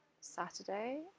Saturday